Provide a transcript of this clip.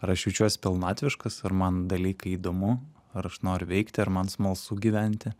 ar aš jaučiuos pilnatviškas ar man dalykai įdomu ar aš noriu veikti ar man smalsu gyventi